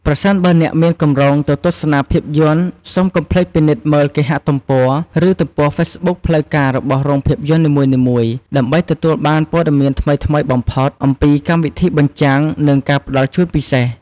ប្រសិនបើអ្នកមានគម្រោងទៅទស្សនាភាពយន្ត សូមកុំភ្លេចពិនិត្យមើលគេហទំព័រ ឬទំព័រហ្វេសប៊ុកផ្លូវការរបស់រោងភាពយន្តនីមួយៗ ដើម្បីទទួលបានព័ត៌មានថ្មីៗបំផុតអំពីកម្មវិធីបញ្ចាំង និងការផ្តល់ជូនពិសេស។